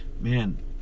man